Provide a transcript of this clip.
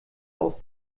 aus